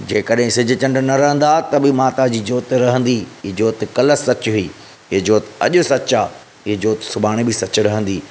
जे करे सिजु चंड न रहंदा त बि माता जी जोति रहंदी ई जोति कल सचु हुई इहा जोति अॼु सचु आहे ऐं जोति सुभाणे बि सचु रहंदी